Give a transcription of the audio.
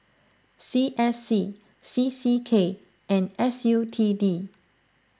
C S C C C K and S U T D